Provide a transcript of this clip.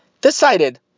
decided